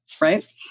right